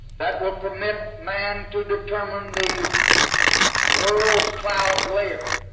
that will permit man to determine the world's cloud layer,